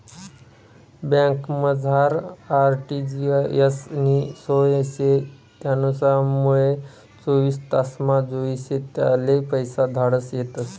बँकमझार आर.टी.जी.एस नी सोय शे त्यानामुये चोवीस तासमा जोइजे त्याले पैसा धाडता येतस